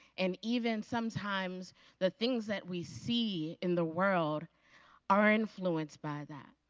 and even sometimes the things that we see in the world are influenced by that.